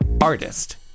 artist